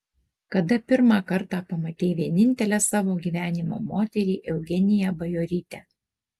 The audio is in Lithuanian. kada pirmą kartą pamatei vienintelę savo gyvenimo moterį eugeniją bajorytę